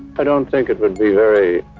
i don't think it would be very